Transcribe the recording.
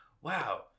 wow